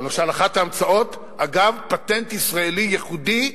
למשל, אחת ההמצאות, אגב, פטנט ישראלי ייחודי,